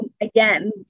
again